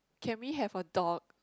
can we have a dog